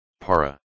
para